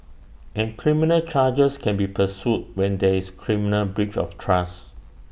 and criminal charges can be pursued when there is criminal breach of trust